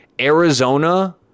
Arizona